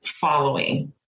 following